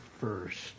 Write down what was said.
first